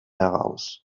heraus